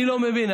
אני לא מבין.